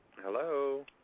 Hello